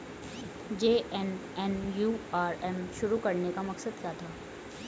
JNNURM शुरू करने का मकसद क्या था?